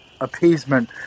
Appeasement